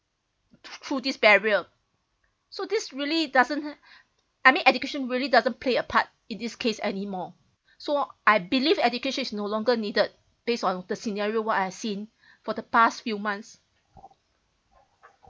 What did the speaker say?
through this barrier so this really doesn't I mean education really doesn't play a part in this case anymore so I believe education is no longer needed based on the scenario what I've seen for the past few months